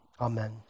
amen